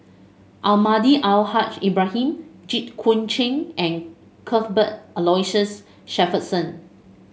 Almahdi Al Haj Ibrahim Jit Koon Ch'ng and Cuthbert Aloysius Shepherdson